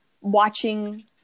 watching